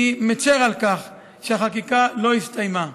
אני מצר על כך שהחקיקה לא הסתיימה,